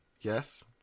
yes